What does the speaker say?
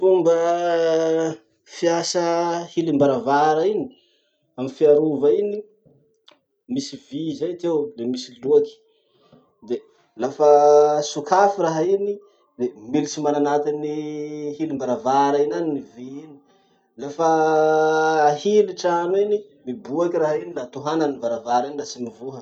Fomba fiasa hilim-baravara iny, amy fiarova iny, misy vy zay ty ao le misy loaky. De lafa sokafy raha iny, le militsy mana anatin'ny hilim-baravara iny any ny vy iny. Lafa ahily trano iny, miboaky raha iny la tohanany varavara iny la tsy mivoha.